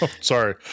sorry